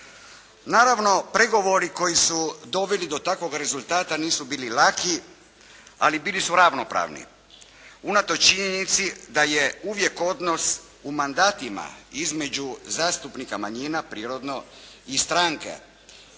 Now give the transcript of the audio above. Naravno pregovori koji su doveli do takvog rezultata nisu bili laki, ali bili su ravnopravni unatoč činjenici da je uvijek odnos u mandatima između zastupnika manjina prirodno, i stranke